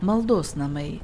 maldos namai